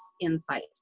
insight